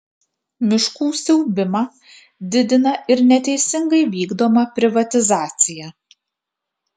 miškų siaubimą didina ir neteisingai vykdoma privatizacija